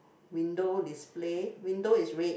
window display window is red